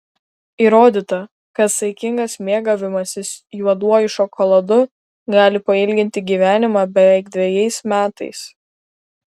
įrodyta kad saikingas mėgavimasis juoduoju šokoladu gali pailginti gyvenimą beveik dvejais metais